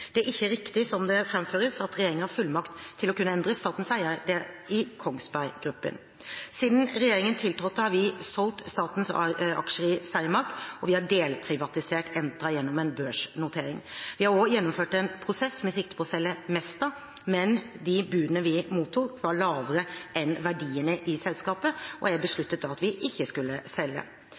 Det er ikke riktig som det framføres, at regjeringen har fullmakt til å kunne endre statens eierandel i Kongsberg Gruppen. Siden regjeringen tiltrådte, har vi solgt statens aksjer i Cermaq, og vi har delprivatisert Entra gjennom en børsnotering. Vi har også gjennomført en prosess med sikte på å selge Mesta, men de budene vi mottok, var lavere enn verdiene i selskapet, og jeg besluttet da at vi ikke skulle selge.